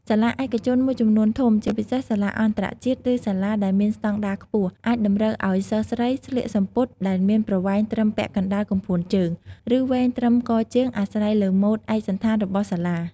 សាលាឯកជនមួយចំនួនធំ ជាពិសេសសាលាអន្តរជាតិ ឬសាលាដែលមានស្តង់ដារខ្ពស់ អាចតម្រូវឱ្យសិស្សស្រីស្លៀកសំពត់ដែលមានប្រវែងត្រឹមពាក់កណ្ដាលកំភួនជើង ឬវែងត្រឹមកជើងអាស្រ័យលើម៉ូដឯកសណ្ឋានរបស់សាលា។